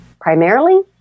primarily